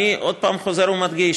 אני עוד פעם מדגיש: